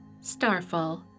Starfall